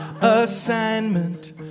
assignment